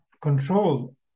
control